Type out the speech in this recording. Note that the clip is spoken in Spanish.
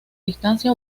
distancia